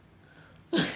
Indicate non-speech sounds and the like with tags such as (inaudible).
(noise)